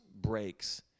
breaks